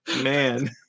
Man